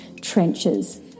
trenches